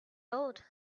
old